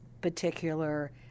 particular